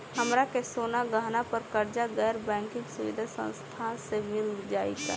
हमरा के सोना गहना पर कर्जा गैर बैंकिंग सुविधा संस्था से मिल जाई का?